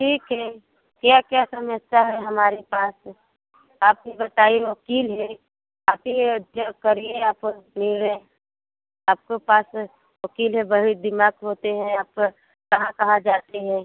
ठीक है क्या क्या समस्या है हमारे पास आप ही बताइए वकील हैं आप ही करिए आप निर्णय आपके पास वकील हैं बहुत दिमाग होते हैं आप कहाँ कहाँ जाते हैं